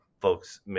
folks